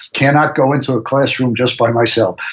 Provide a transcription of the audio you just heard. cannot go into a classroom just by myself.